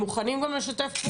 הם מוכנים גם לשתף פעולה.